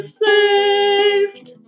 saved